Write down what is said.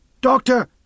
Doctor